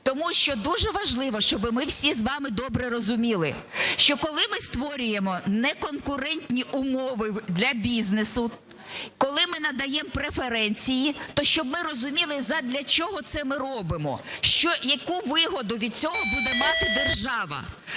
Тому що дуже важливо, щоб ми всі з вами добре розуміли, що коли ми створюємо неконкурентні умови для бізнесу, коли ми надаємо преференції, то щоб ми розуміли, задля чого це ми робимо, яку вигоду від цього буде мати держава.